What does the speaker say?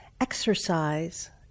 exercise